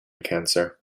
cancer